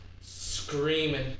screaming